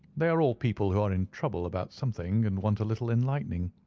they are all people who are in trouble about something, and want a little enlightening.